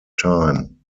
time